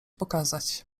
pokazać